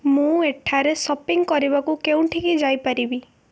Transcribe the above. ମୁଁ ଏଠାରେ ସପିଂ କରିବାକୁ କେଉଁଠିକି ଯାଇପାରିବି